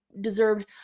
deserved